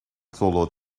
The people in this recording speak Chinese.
座落